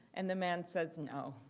and the man said no.